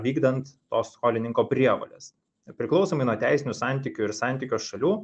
vykdant to skolininko prievoles priklausomai nuo teisinių santykių ir santykio šalių